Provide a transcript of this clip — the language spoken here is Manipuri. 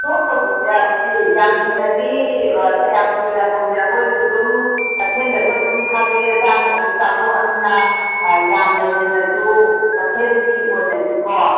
ꯊꯣꯛ ꯇꯧꯕꯁꯦ ꯍꯥꯏꯕꯗꯤ ꯌꯥꯝꯅ ꯍꯦꯟꯅꯗꯤ ꯀꯌꯥꯝ ꯀꯨꯏꯅ ꯊꯝꯕꯤ ꯑꯩꯈꯣꯏ ꯑꯗꯨꯝ ꯀꯩꯊꯦꯟꯗꯁꯨ ꯑꯗꯨꯝ ꯊꯥꯗꯣꯛꯑꯦ ꯆꯥꯁꯨ ꯑꯗꯨꯝ ꯆꯥꯊꯣꯛꯑꯕꯅꯤꯅ ꯌꯥꯝꯅ ꯍꯦꯟꯅꯁꯨ ꯀꯩꯊꯦꯟꯒꯤ ꯑꯣꯏꯅꯗꯤꯀꯣ